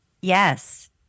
Yes